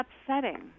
upsetting